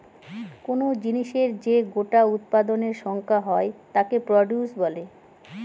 কোন জিনিসের যে গোটা উৎপাদনের সংখ্যা হয় তাকে প্রডিউস বলে